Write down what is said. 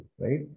right